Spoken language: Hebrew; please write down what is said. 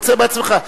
תצא בעצמך.